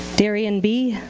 darian b.